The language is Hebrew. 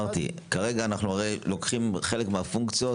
כרגע אנחנו לוקחים חלק מהפונקציות